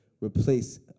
replace